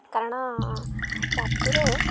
କାରଣ ରାତିରେ